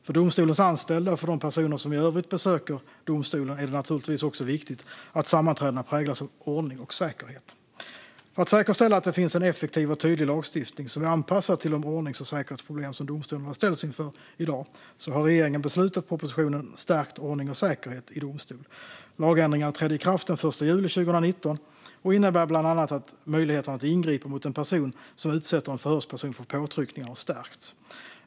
För domstolens anställda och för de personer som i övrigt besöker domstolen är det naturligtvis också viktigt att sammanträdena präglas av ordning och säkerhet. För att säkerställa att det finns en effektiv och tydlig lagstiftning som är anpassad till de ordnings och säkerhetsproblem som domstolarna ställs inför i dag har regeringen beslutat om propositionen Stärkt ordning och säkerhet i domstol . Lagändringarna trädde i kraft den 1 juli 2019 och innebär bland annat att möjligheterna att ingripa mot en person som utsätter en förhörsperson för påtryckningar har stärkts.